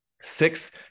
Six